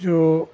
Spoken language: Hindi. जो